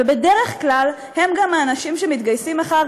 ובדרך כלל הם גם האנשים שמתגייסים אחר